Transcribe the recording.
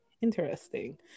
interesting